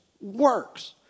works